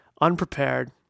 unprepared